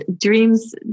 dreams